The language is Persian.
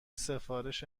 سفارش